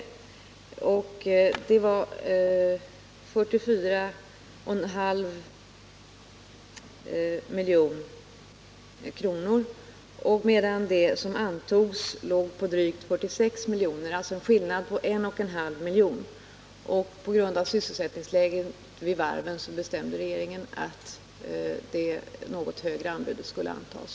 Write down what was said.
Det var en offert på 44,5 milj.kr., medan det anbud som antogs låg på drygt 46 miljoner, alltså en skillnad på 1,5 milj.kr. På grund av sysselsättningsläget vid varven bestämde regeringen att det något högre anbudet skulle antas.